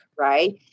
right